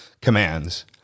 commands